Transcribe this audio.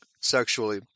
sexually